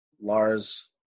Lars